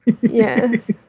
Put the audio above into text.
Yes